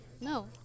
No